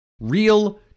real